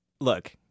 look